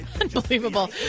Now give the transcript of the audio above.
Unbelievable